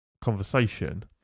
conversation